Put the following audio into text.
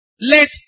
let